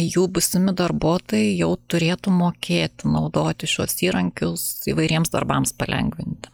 jų būsimi darbuotojai jau turėtų mokėti naudoti šiuos įrankius įvairiems darbams palengvinti